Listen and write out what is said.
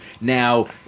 now